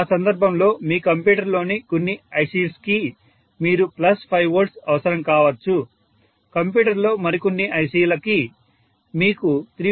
ఆ సందర్భంలో మీ కంప్యూటర్ లో కొన్ని IC's కి మీకు 5V అవసరం కావచ్చు కంప్యూటర్ లో మరికొన్ని IC's కి మీకు 3